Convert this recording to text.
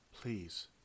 Please